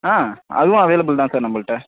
ஆ அதுவும் அவைலபுள் தான் சார் நம்மள்ட்ட